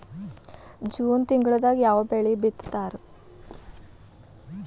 June ತಿಂಗಳದಾಗ ಯಾವ ಬೆಳಿ ಬಿತ್ತತಾರ?